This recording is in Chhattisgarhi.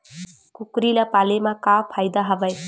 कुकरी ल पाले म का फ़ायदा हवय?